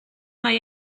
mae